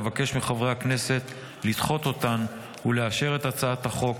אבקש מחברי הכנסת לדחות אותן ולאשר את הצעת החוק